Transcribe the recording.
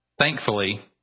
Thankfully